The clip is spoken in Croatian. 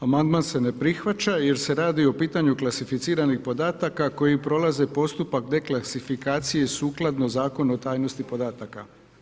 Amandman se ne prihvaća jer se radi o pitanju klasificiranih podataka koji prolaze postupak deklasifikacije sukladno Zakonu o tajnosti podataka.